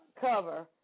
cover